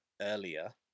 earlier